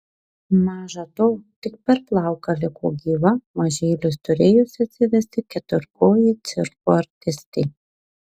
maža to tik per plauką liko gyva mažylius turėjusi atsivesti keturkojė cirko artistė